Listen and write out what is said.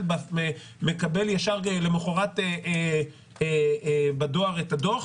מקבל למחרת בדואר את הדוח,